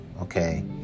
okay